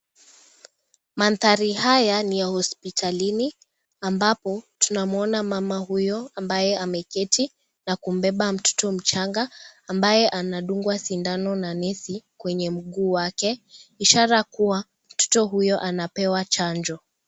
Maantari haya ni ya hospitalini ambapo tunamwona mama huyo ambaye ameketi na kubeba mtoto mchanga ambaye anadungwa sindano na nesi kwenye mguu wake, ishara kuwa mtoto huyo anapewa chanjo.